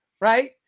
right